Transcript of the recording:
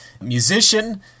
musician